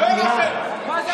חבר הכנסת יברקן, קריאה ראשונה.